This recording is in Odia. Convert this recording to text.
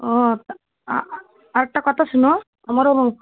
ହଁ ଆଉ ଏକଟା କଥା ଶୁଣ ଆମର